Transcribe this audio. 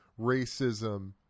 racism